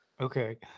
Okay